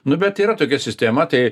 nu bet yra tokia sistema tai